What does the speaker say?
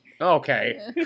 Okay